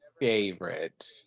favorite